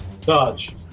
Dodge